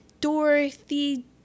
Dorothy